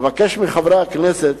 אבקש מחברי הכנסת